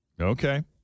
okay